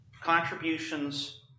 contributions